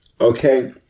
Okay